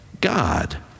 God